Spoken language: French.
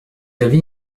avez